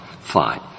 Fine